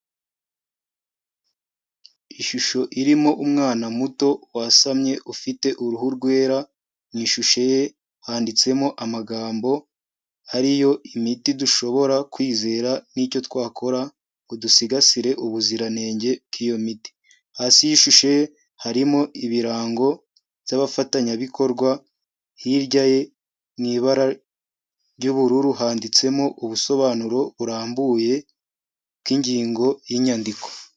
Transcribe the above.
Ishusho irimo umwana muto wasamye ufite uruhu rwera, mu ishusho ye handitsemo amagambo ari yo imiti dushobora kwizera n'icyo twakora ngo dusigasire ubuziranenge bw'iyo miti. Hasi y'ishusho ye harimo ibirango by'abafatanyabikorwa, hirya ye mu ibara ry'ubururu handitsemo ubusobanuro burambuye bw'ingingo y'inyandiko.